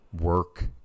work